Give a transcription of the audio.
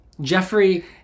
Jeffrey